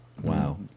Wow